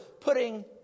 putting